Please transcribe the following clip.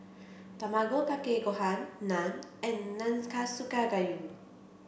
Tamago Kake Gohan Naan and Nanakusa Gayu